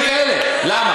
למה?